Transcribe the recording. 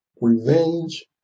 Revenge